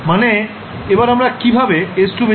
মানে এবার আমরা কিভাবে s2 বেছে নেবো